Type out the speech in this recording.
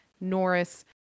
Norris